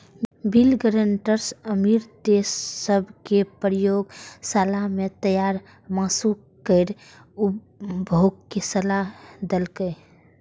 bill Gates अमीर देश सभ कें प्रयोगशाला मे तैयार मासु केर उपभोगक सलाह देलकैए